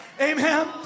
Amen